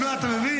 נו, אתה מבין?